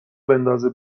بندازه